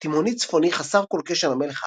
תמהוני צפוני חסר כל קשר למלך ארתור,